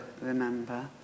remember